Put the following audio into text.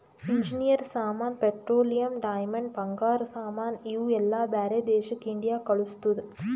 engineer ಸಾಮಾನ್, petroleum, diamond, ಬಂಗಾರ ಸಾಮಾನ್ ಇವು ಎಲ್ಲಾ ಬ್ಯಾರೆ ದೇಶಕ್ ಇಂಡಿಯಾ ಕಳುಸ್ತುದ್